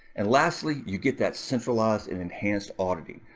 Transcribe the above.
and lastly, you get that centralized and enhanced auditing.